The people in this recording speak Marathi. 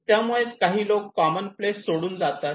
त्यामुळेच काही लोक कॉमन प्लेस सोडून जातात